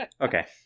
okay